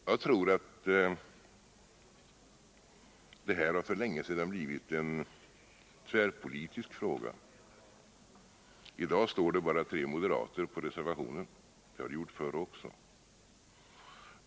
Jag tror att detta för länge sedan har blivit en tvärpolitisk fråga. I dag står bara tre moderater för reservationen. Det har det gjort förr också.